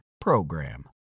PROGRAM